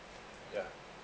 yeah